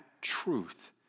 truth